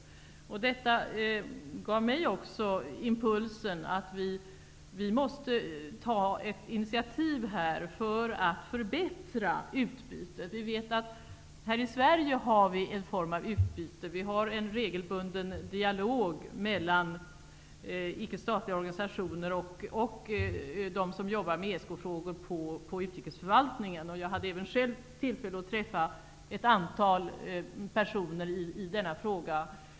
Detta gav mig också impulsen att vi måste ta ett initiativ för att förbättra utbytet. Här i Sverige har vi en form av utbyte. Vi har regelbunden dialog mellan icke-statliga organisationer och de som jobbar med ESKfrågor på utrikesförvaltningen. Jag hade även själv tillfälle att träffa ett antal personer i denna fråga.